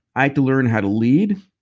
i to learn how to lead,